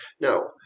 Now